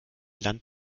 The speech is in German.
land